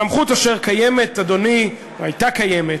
סמכות אשר קיימת, אדוני, הייתה קיימת,